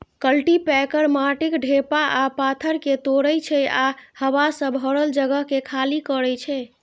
cultipacker माटिक ढेपा आ पाथर कें तोड़ै छै आ हवा सं भरल जगह कें खाली करै छै